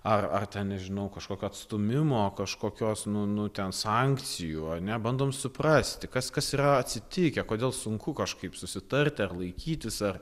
ar ar ten nežinau kažkokio atstūmimo kažkokios nu nu ten sankcijų ar ne bandom suprasti kas kas yra atsitikę kodėl sunku kažkaip susitarti ar laikytis ar